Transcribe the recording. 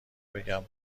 بگم